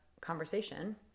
conversation